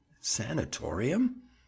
Sanatorium